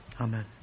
Amen